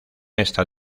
esta